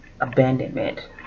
abandonment